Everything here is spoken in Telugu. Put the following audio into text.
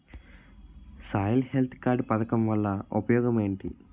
సాయిల్ హెల్త్ కార్డ్ పథకం వల్ల ఉపయోగం ఏంటి?